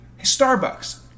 Starbucks